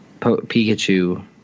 Pikachu